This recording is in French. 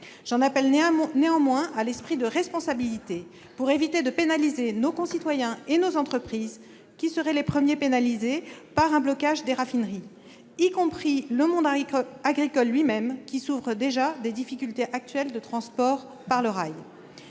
J'en appelle néanmoins à l'esprit de responsabilité pour éviter de pénaliser nos concitoyens et nos entreprises, qui seraient les premiers touchés par un blocage des raffineries. Ce blocage toucherait le monde agricole lui-même, qui souffre déjà des difficultés actuelles du transport ferroviaire.